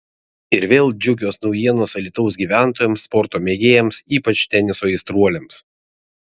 ir vėl džiugios naujienos alytaus gyventojams sporto mėgėjams ypač teniso aistruoliams